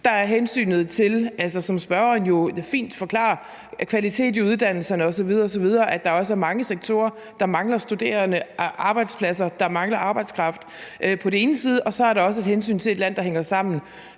side hensynet til – som spørgeren fint forklarer – kvalitet i uddannelserne osv. osv., og der er også mange sektorer, der mangler studerende, der er arbejdspladser, der mangler arbejdskraft, og så er der på den anden side også hensynet til et land, der skal hænge sammen.